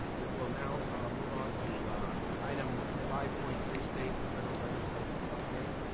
we will now move on to item five point three. state and federal legislative update.